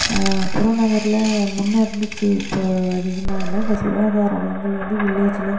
புறம் நகரில் முன்னோறுந்திச்சி இப்போது அதிகமாக இல்லை இந்த சுகாதாரம் வளங்கள் வந்து வில்லேஜில்